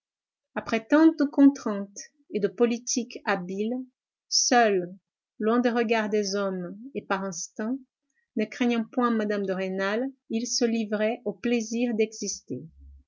après tant de contrainte et de politique habile seul loin des regards des hommes et par instinct ne craignant point mme de rênal il se livrait au plaisir d'exister